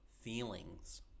feelings